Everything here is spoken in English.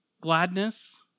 Gladness